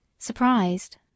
Surprised